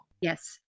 Yes